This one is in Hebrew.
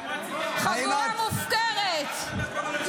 חבורה מופקרת.